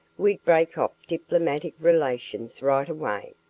we'd break off diplomatic relations right away.